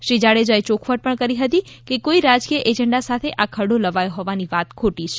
શ્રી જાડેજા એ યોખવટ પણ કરી હતી કે કોઈ રાજકીય એજન્ડા સાથે આ ખરડો લવાયો હોવાની વાત ખોટી છે